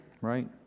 Right